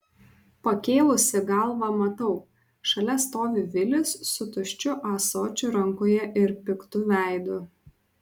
pakėlusi galvą matau šalia stovi vilis su tuščiu ąsočiu rankoje ir piktu veidu